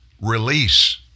release